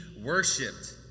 worshipped